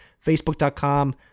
facebook.com